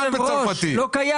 אין לי הנתון -- בצרפתית לא קיים.